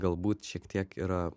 galbūt šiek tiek yra